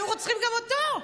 היו רוצחים גם אותו,